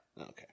Okay